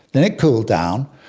then it cooled down.